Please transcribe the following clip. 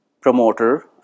promoter